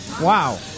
Wow